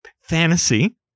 Fantasy